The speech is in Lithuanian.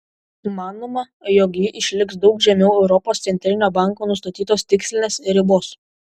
manoma jog ji išliks daug žemiau europos centrinio banko nustatytos tikslinės ribos